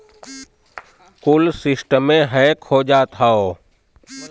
कुल सिस्टमे हैक हो जात हौ